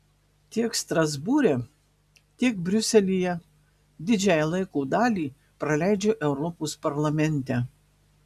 tiek strasbūre tiek briuselyje didžiąją laiko dalį praleidžiu europos parlamente